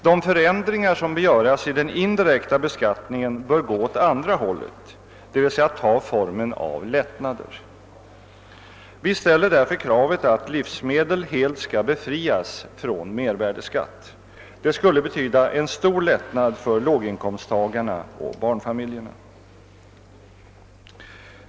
De förändringar som bör göras i den indirekta beskattningen bör gå åt andra hållet, dvs. ta formen av en lättnad. Vi ställer därför kravet att livsmedel helt skall befrias från mervärdeskatt. Det skulle betyda en stor lättnad för låginkomsttagarna och barnfamiljerna.